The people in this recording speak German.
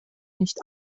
nicht